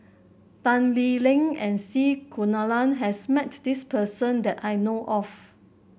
Tan Lee Leng and C Kunalan has met this person that I know of